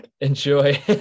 Enjoy